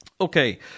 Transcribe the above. okay